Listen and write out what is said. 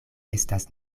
estas